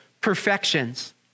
perfections